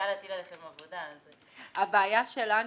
הבעיה שלנו,